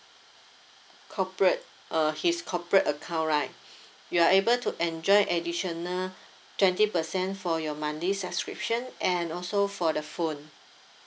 corporate uh his corporate account right you are able to enjoy additional twenty percent for your monthly subscription and also for the phone